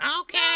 Okay